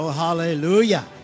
Hallelujah